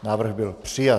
Návrh byl přijat.